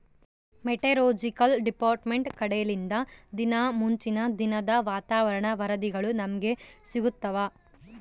meteorological department ಕಡೆಲಿಂದ ದಿನಾ ಮುಂಚಿನ ದಿನದ ವಾತಾವರಣ ವರದಿಗಳು ನಮ್ಗೆ ಸಿಗುತ್ತವ